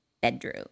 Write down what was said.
bedroom